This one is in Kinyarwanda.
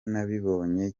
nabibonye